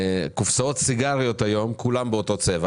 קופסאות סיגריות, היום כולן באותו צבע